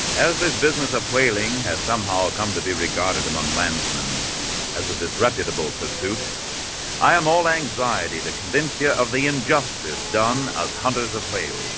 as this business of whaling has somehow come to be regarded among klansmen as a disreputable pursuit i am all anxiety the convinced eeeh ah of the injustice done as hunters of whales